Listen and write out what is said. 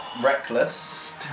Reckless